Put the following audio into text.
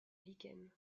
lichen